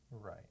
Right